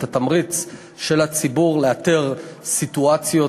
את התמריץ של הציבור לאתר סיטואציות